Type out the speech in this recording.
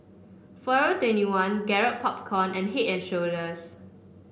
Forever twenty one Garrett Popcorn and Head And Shoulders